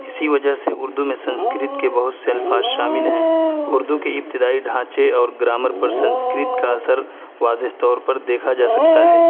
اسی وجہ سے اردو میں سنسکرت کے بہت سے الفاظ شامل ہیں اردو کے ابتدائی ڈھانچے اور گرامر پر سنسکرت کا اثر واضح طور پر دیکھا جا سکتا ہے